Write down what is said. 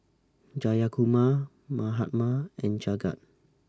Jayakumar Mahatma and Jagat